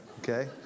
Okay